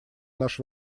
наш